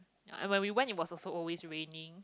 I when we went it was also always raining